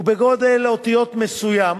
ובגודל אותיות מסוים,